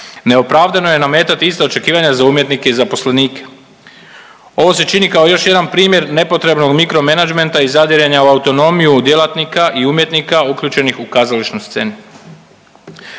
neopravdano je nametati ista očekivanja za umjetnike i zaposlenike. Ovo se čini kao još jedan primjer nepotrebnog mikro menadžmenta i zadiranja u autonomiju djelatnika i umjetnika uključenih u kazališnu scenu.